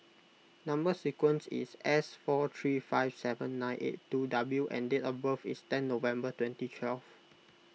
Number Sequence is S four three five seven nine eight two W and date of birth is ten November twenty twelve